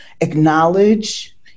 acknowledge